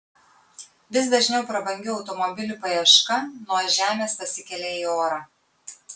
vis dažniau prabangių automobilių paieška nuo žemės pasikelia į orą